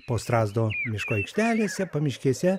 po strazdo miško aikštelėse pamiškėse